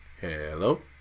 Hello